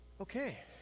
Okay